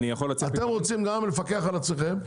אתם רוצים גם לפקח על עצמם,